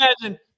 imagine